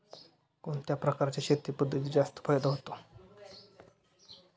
कोणत्या प्रकारच्या शेती पद्धतीत जास्त फायदा होतो?